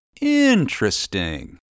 Interesting